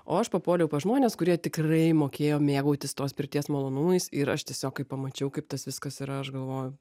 o aš papuoliau pas žmones kurie tikrai mokėjo mėgautis tos pirties malonumais ir aš tiesiog kai pamačiau kaip tas viskas yra aš galvoju